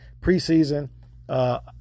preseason